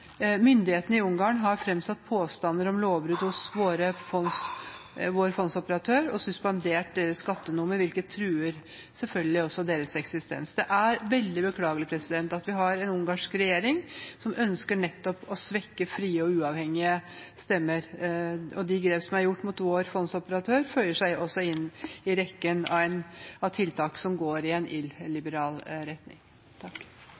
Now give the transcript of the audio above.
Myndighetene i Ungarn har fremsatt påstander om lovbrudd hos vår fondsoperatør og suspendert deres skattenummer, hvilket selvfølgelig også truer deres eksistens. Det er veldig beklagelig at vi har en ungarsk regjering som ønsker å svekke nettopp frie og uavhengige stemmer, og de grep som er gjort mot vår fondsoperatør, føyer seg inn i rekken av tiltak som går i en illiberal retning.